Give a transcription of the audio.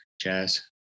jazz